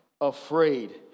Afraid